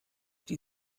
die